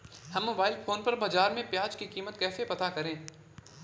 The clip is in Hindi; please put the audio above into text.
हम मोबाइल फोन पर बाज़ार में प्याज़ की कीमत कैसे पता करें?